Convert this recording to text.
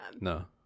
No